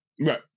right